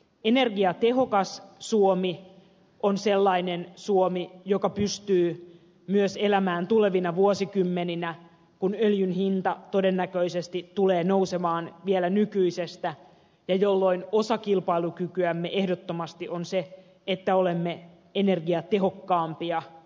energiatehokas suomi on sellainen suomi joka pystyy myös elämään tulevina vuosikymmeninä kun öljyn hinta todennäköisesti tulee nousemaan vielä nykyisestä ja kun osa kilpailukykyämme ehdottomasti on se että olemme energiatehokkaampia kuin muut